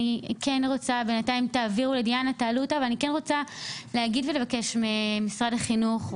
עולות פה בעיות של ההסעות,